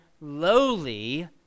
lowly